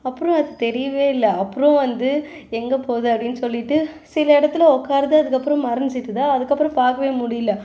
அப்புறம் அது தெரியவே இல்லை அப்புறம் வந்து எங்கே போகுது அப்படின்னு சொல்லிட்டு சில இடத்துல உக்காருது அதுக்கப்புறம் மறைஞ்சிருது அதுக்கப்புறம் பார்க்கவே முடியலை